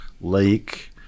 lake